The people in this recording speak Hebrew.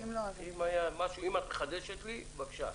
אם את מחדשת משהו.